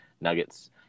nuggets